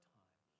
time